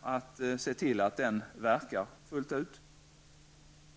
och se till att den verkar fullt ut.